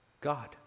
God